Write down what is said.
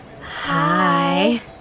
hi